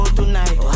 tonight